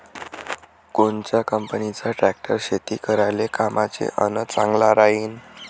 कोनच्या कंपनीचा ट्रॅक्टर शेती करायले कामाचे अन चांगला राहीनं?